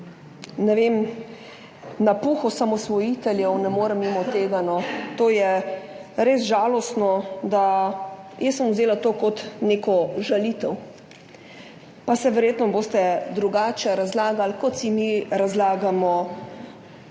Ne vem, napuh osamosvojiteljev, ne morem mimo tega, to je res žalostno. Jaz sem vzela to kot neko žalitev. Pa si boste verjetno drugače razlagali, kot si mi razlagamo slabo